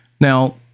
Now